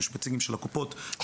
יש פה נציגים של הקופות, של כל הגופים.